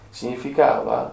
significava